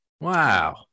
Wow